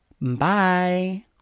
Bye